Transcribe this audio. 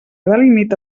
delimita